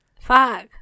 Fuck